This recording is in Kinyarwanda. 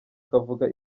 kavuga